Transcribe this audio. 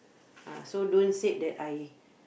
uh so don't said that I